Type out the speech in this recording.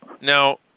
now